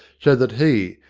so that he,